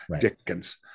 Dickens